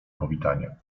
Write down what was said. powitanie